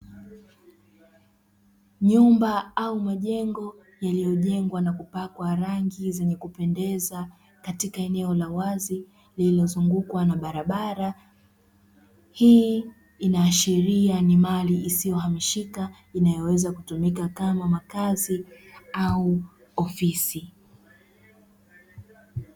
Nyumba au majengo yaliyojengwa na kupakwa rangi zenye kupendeza katika eneo la wazi lililozungukwa na barabara. Hii inaashiria ni mali isiyo hamishika inayoweza kutumika kama makazi au ofisi.